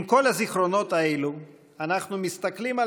עם כל הזיכרונות האלה אנחנו מסתכלים על